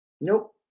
Nope